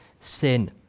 sin